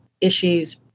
issues